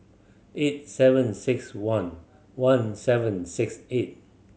eight seven six one one seven six eight